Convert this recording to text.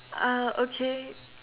uh okay